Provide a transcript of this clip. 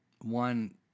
one